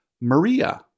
Maria